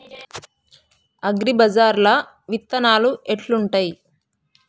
అగ్రిబజార్ల విత్తనాలు ఎట్లుంటయ్?